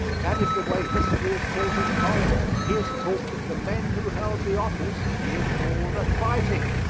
that is the way history is taught in college. he is taught that the men who held the office did all the fighting.